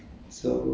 ya